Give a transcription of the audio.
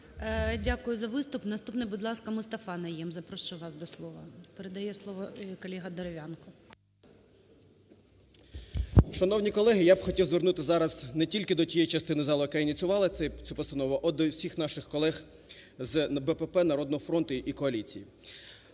Дякую за виступ. Наступний, будь ласка, Мустафа Найєм. Запрошую вас до слова. Передає слово колега Дерев'янко. 13:48:59 НАЙЄМ М. Шановні колеги! Я хотів би звернутись зараз не тільки до тієї частини залу, яка ініціювала цю постанову, а й до і всіх наших колег з БПП, "Народного фронту" і коаліції.